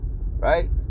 Right